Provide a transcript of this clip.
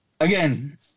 Again